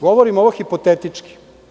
Govorim ovo hipotetički.